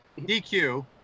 DQ